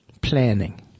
planning